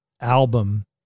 album